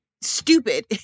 stupid